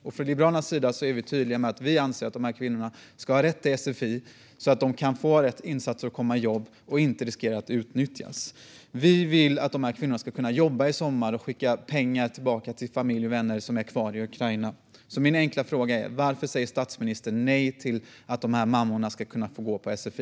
Vi i Liberalerna är tydliga med att vi anser att dessa kvinnor ska ha rätt till sfi så att de kan få rätt insatser och komma i jobb och inte riskerar att utnyttjas. Vi vill att kvinnorna ska kunna jobba i sommar och skicka pengar tillbaka till familj och vänner som är kvar i Ukraina. Min enkla fråga är: Varför säger statsministern nej till att dessa mammor ska få gå på sfi?